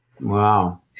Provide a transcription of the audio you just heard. Wow